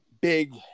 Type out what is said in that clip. big